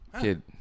Kid